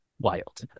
Wild